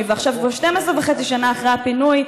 ועכשיו כבר 12 שנה וחצי אחרי הפינוי.